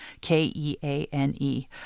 K-E-A-N-E